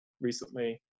recently